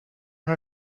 her